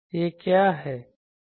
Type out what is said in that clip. यह क्या है